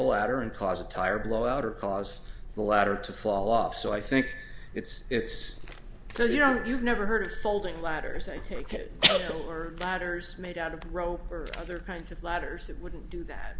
ladder and cause a tire blowout or cause the ladder to fall off so i think it's so you know you've never heard of folding ladders i take it or ladders made out of rope or other kinds of ladders that wouldn't do that